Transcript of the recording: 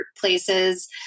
places